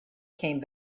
came